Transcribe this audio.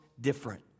different